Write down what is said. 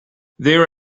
their